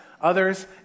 others